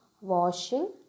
washing